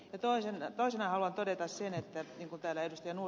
toisena haluan todeta sen niin kuin täällä ed